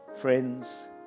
Friends